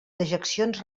dejeccions